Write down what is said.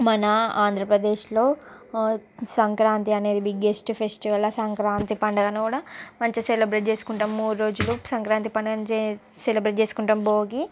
మన ఆంధ్రప్రదేశ్లో సంక్రాంతి అనేది బిగ్గెస్ట్ ఫెస్టివల్ ఆ సంక్రాంతి పండుగను కూడా మంచిగా సెలబ్రేట్ చేసుకుంటాము మూడు రోజులు సంక్రాంతి పండుగను చే సెలెబ్రేట్ చేసుకుంటాం భోగి